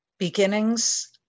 beginnings